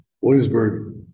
Williamsburg